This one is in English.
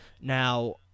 Now